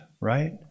right